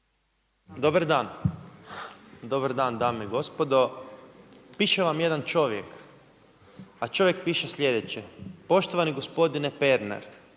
zid)** Dobar dan dame i gospodo. Piše vam jedan čovjek, a čovjek piše sljedeće: „Poštovani gospodine Pernar!